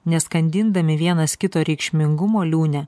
neskandindami vienas kito reikšmingumo liūne